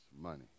money